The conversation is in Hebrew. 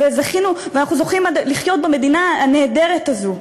וזכינו ואנחנו זוכים לחיות במדינה הנהדרת הזאת.